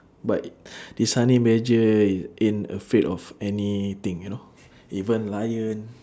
but it this honey badger ain't afraid of any thing you know even lion